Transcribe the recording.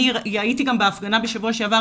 הייתי גם בהפגנה בשבוע שעבר,